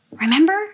remember